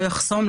לא יחסום,